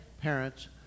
parents